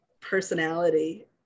personality